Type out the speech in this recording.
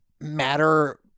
matter